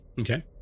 Okay